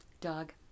Dog